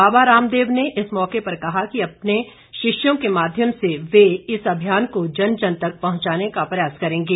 बाबा रामदेव ने इस मौके पर कहा कि वह अपने शिष्यों के माध्यम से इस अभियान को जन जन तक पहुंचाने का प्रयास करेंगे